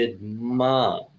mom